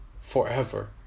forever